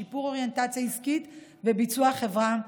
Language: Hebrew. שיפור האוריינטציה העסקית וביצועי החברה,